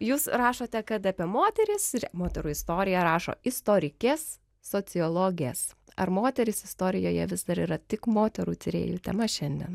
jūs rašote kad apie moteris ir moterų istoriją rašo istorikės sociologės ar moterys istorijoje vis dar yra tik moterų tyrėjų tema šiandien